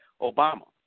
Obama